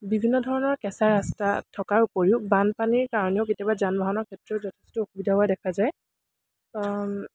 বিভিন্ন ধৰণৰ কেঁচা ৰাস্তা থকাৰ উপৰিও বানপানীৰ কাৰণেও কেতিয়াবা যান বাহনৰ ক্ষেত্ৰত যথেষ্ট অসুবিধা হোৱা দেখা যায়